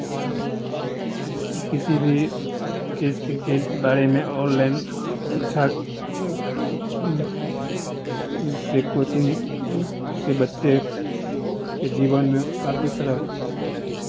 आपको किसी भी चीज़ के के बारे में ऑनलाइन शिक्षा से कोचिंग से बच्चे के जीवन में काफ़ी तरह